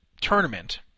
Tournament